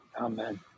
Amen